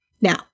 Now